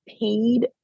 paid